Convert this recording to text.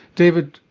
david,